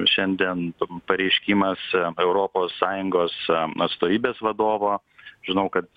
šiandien pareiškimas europos sąjungos atstovybės vadovo žinau kad